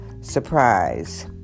surprise